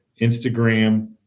Instagram